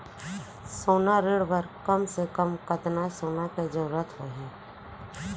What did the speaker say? सोना ऋण बर कम से कम कतना सोना के जरूरत होही??